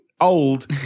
old